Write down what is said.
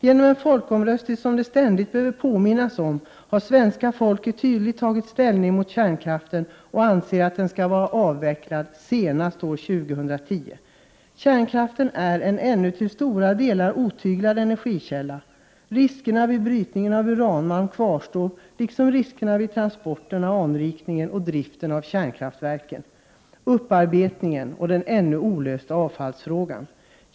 Genom en folkomröstning, som det ständigt behöver påminnas om, har svenska folket tydligt tagit ställning mot kärnkraften och anser att den skall vara avvecklad senast år 2010. Kärnkraften är en ännu till stora delar otyglad energikälla. Riskerna vid brytningen av uranmalm kvarstår, liksom riskerna vid transporterna, vid anrikningen och vid driften av kärnkraftverken och vid upparbetningen. Vi måste också tänka på den ännu olösta avfallsfrågan.